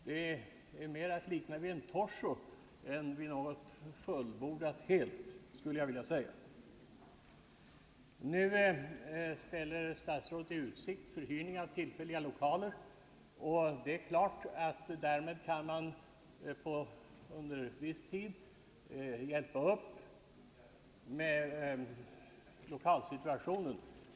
Det är mera att likna vid en torso än vid något fullbordat helt. Nu ställer statsrådet i utsikt förhyrning av tillfälliga lokaler. Det är klart att man därmed under viss tid kan hjälpa upp lokalsituationen.